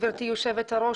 גברתי היושבת-ראש,